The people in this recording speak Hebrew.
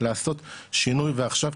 לעשות שינוי ועכשיו,